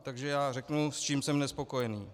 Takže já řeknu, s čím jsem nespokojený.